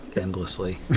endlessly